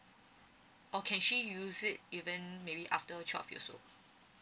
or can actually use it even maybe after twelve years old